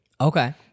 okay